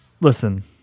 Listen